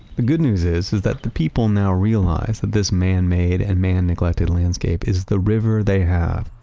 the good news is is that the people now realize that this man-made and man-neglected landscape is the river they have,